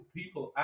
people